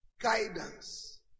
guidance